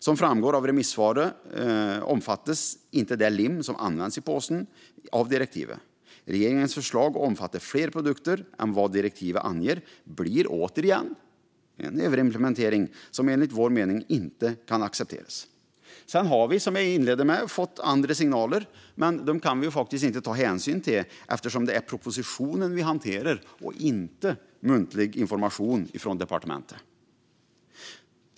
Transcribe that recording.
Som framgår av remissvaret omfattas inte det lim som används i påsen av direktivet. Regeringens förslag att omfatta fler produkter än direktivet anger blir återigen en överimplementering, som enligt vår mening inte kan accepteras. Vi har, som jag inledde med att säga, fått andra signaler. Men dem kan vi inte ta hänsyn till eftersom det är propositionen vi hanterar och inte muntlig information från departementet.